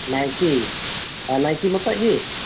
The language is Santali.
ᱱᱟᱭᱠᱮ ᱦᱮᱸ ᱱᱟᱭᱠᱮ ᱢᱚᱛᱚᱜᱮ